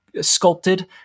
sculpted